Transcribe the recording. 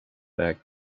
back